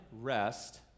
rest